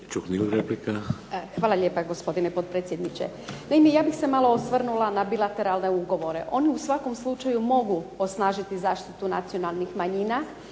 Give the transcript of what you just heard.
Hvala lijepa gospodine potpredsjedniče. Ja bih se malo osvrnula malo na bilateralne ugovore, oni u svakom slučaju mogu osnažiti zaštitu nacionalnih manjina.